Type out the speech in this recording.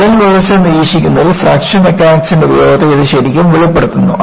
വിള്ളൽ വളർച്ച നിരീക്ഷിക്കുന്നതിൽ ഫ്രാക്ചർ മെക്കാനിക്സിന്റെ ഉപയോഗത്തെ ഇത് ശരിക്കും വെളിപ്പെടുത്തുന്നു